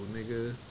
nigga